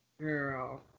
girl